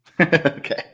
Okay